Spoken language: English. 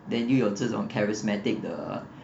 then 又有这种 charismatic 的